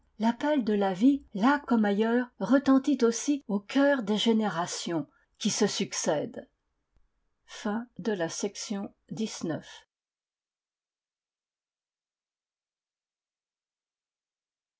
l'appel de la vie là comme ailleurs retentit aussi au cœur des générations qui se succèdent